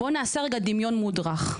בוא נעשה רגע דמיון מודרך.